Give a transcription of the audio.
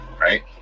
right